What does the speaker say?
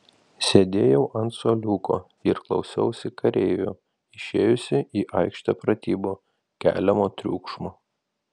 sėdėjau ant suoliuko ir klausiausi kareivių išėjusių į aikštę pratybų keliamo triukšmo